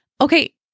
okay